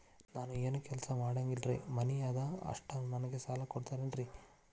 ನಾನು ಏನು ಕೆಲಸ ಮಾಡಂಗಿಲ್ರಿ ಮನಿ ಅದ ಅಷ್ಟ ನನಗೆ ಸಾಲ ಕೊಡ್ತಿರೇನ್ರಿ?